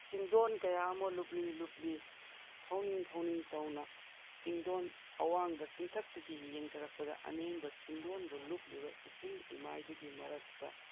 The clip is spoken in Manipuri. ꯆꯤꯡꯗꯣꯟ ꯀꯌꯥ ꯑꯃ ꯂꯨꯞꯂꯤ ꯂꯨꯞꯂꯤ ꯐꯥꯎꯅꯤꯡ ꯐꯥꯎꯅꯤꯡ ꯇꯧꯅ ꯆꯤꯡꯗꯣꯟ ꯑꯋꯥꯡꯕ ꯆꯤꯡꯊꯛꯇꯒꯤ ꯌꯦꯡꯊꯔꯛꯄꯗ ꯑꯅꯦꯝꯕ ꯆꯤꯡꯗꯣꯟꯕꯨ ꯂꯨꯞꯂꯤꯕ ꯏꯁꯤꯡ ꯏꯃꯥꯏꯗꯨꯒꯤ ꯃꯔꯛꯇ